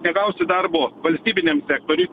negausi darbo valstybiniam sektoriuj